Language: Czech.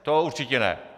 To určitě ne.